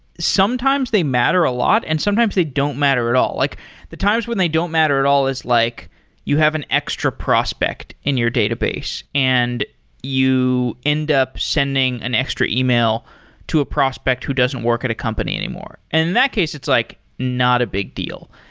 sometimes they matter a lot and sometimes they don't matter at all. like the times when they don't matter at all is like you have an extra prospect in your database and you end up sending an extra email to a prospect who doesn't work at a company anymore. in and that case it's like not a big deal.